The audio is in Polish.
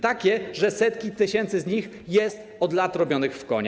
Takie, że setki tysięcy z nich jest od lat robionych w konia.